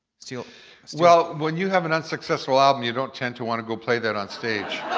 so well, when you have an unsuccessful album, you don't tend to want to go play that on stage.